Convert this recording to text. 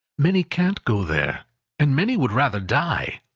many can't go there and many would rather die.